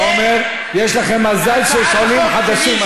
אתה אומר שיש לכם מזל שיש עולים חדשים.